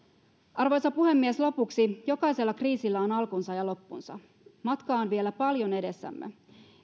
arvoisa puhemies lopuksi jokaisella kriisillä on alkunsa ja loppunsa matkaa on vielä paljon edessämme